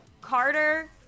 Carter